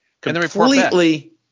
completely